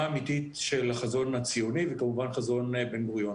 אמיתית של החזון הציוני וכמובן חזון בן גוריון.